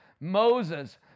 Moses